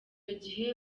gihe